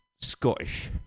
Scottish